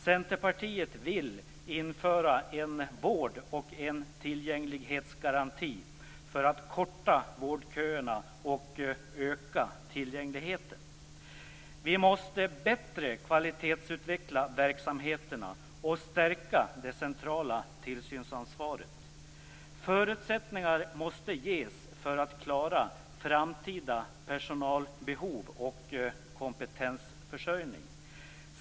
Centerpartiet vill införa en vård och en tillgänglighetsgaranti för att korta vårdköerna och öka tillgängligheten. Vi måste bättre kvalitetsutveckla verksamheterna och stärka det centrala tillsynsansvaret. Förutsättningar måste ges att klara framtida personalbehov och kompetensförsörjning.